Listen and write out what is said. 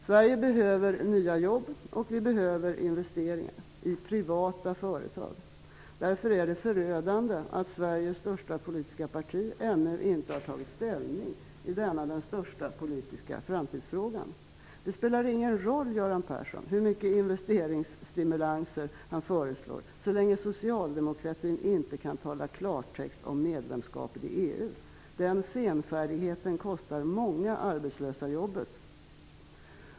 Sverige behöver nya jobb, och vi behöver investeringar i privata företag. Därför är det förödande att Sveriges största politiska parti ännu inte tagit ställning i denna den största politiska framtidsfrågan. Det spelar ingen roll hur mycket investeringsstimulanser Göran Persson föreslår så länge socialdemokraterna inte kan tala klartext om medlemskap i EU. Den senfärdigheten kostar många arbetslösa jobbet.